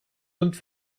und